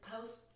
posts